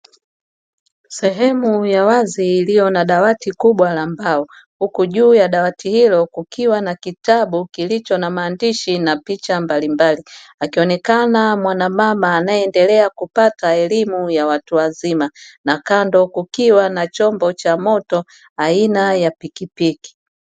Sehemu ya wazi iliyo na dawati kubwa la mbao huku juu ya dawati hilo kukiwa na kitabu kilicho na maandishi na picha mbalimbali, akionekana mwana mama anayeendelea kupata elimu ya watu wazima; na kando kukiwa na chombo cha moto aina ya pikipiki.